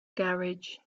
garage